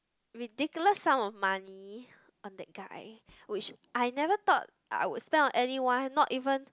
ridiculous sum of money on that guy which I never thought I will spend on anyone not even